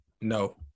No